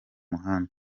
muhanda